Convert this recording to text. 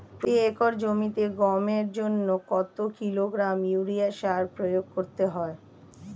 প্রতি একর জমিতে গমের জন্য কত কিলোগ্রাম ইউরিয়া সার প্রয়োগ করতে হয়?